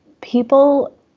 people